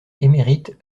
émérite